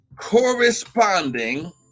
corresponding